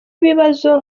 ibibazo